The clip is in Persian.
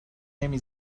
نمی